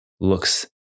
looks